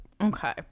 Okay